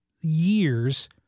years